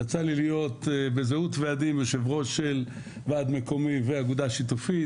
יצא לי להיות בזהות ועדים יושב ראש של ועד מקומי ואגודה שיתופית,